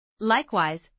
Likewise